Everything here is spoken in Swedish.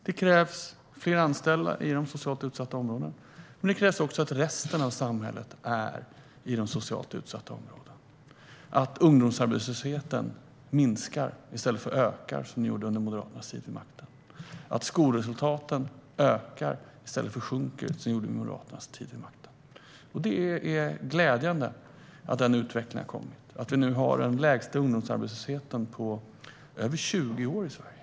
Det krävs fler anställda i de socialt utsatta områdena. Men det krävs också att resten av samhället är i de socialt utsatta områdena, att ungdomsarbetslösheten minskar i stället för ökar, som den gjorde under Moderaternas tid vid makten, och att skolresultaten blir bättre i stället för sämre, som de blev under Moderaternas tid vid makten. Det är glädjande att den utvecklingen har kommit och att vi nu har den lägsta ungdomsarbetslösheten på över 20 år i Sverige.